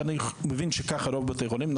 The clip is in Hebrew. ואני מבין שככה רוב בתי החולים,